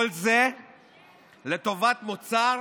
כל זה לטובת מוצר